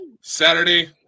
Saturday